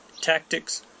tactics